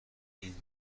این